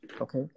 Okay